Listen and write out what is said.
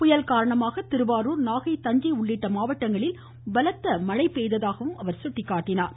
புயல் காரணமாக திருவாரூர் நாகை தஞ்சை உள்ளிட்ட மாவட்டங்களில் பலத்த மழை பெய்ததாக கூறினார்